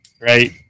Right